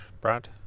Brad